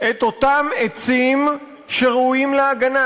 את אותם עצים שראויים להגנה,